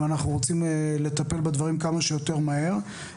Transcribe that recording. אם אנחנו רוצים לטפל בדברים כמה שיותר מהר.